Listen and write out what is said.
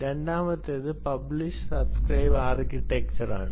രണ്ടാമത്തേത് publish subscribe architecture ആണ്